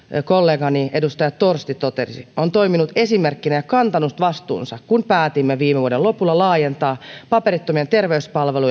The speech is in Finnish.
kollegani edustaja torsti totesi on toiminut esimerkkinä ja kantanut vastuunsa kun päätimme viime vuoden lopulla laajentaa paperittomien terveyspalveluja